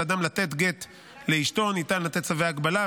אדם לתת גט לאשתו ניתן לתת צווי הגבלה,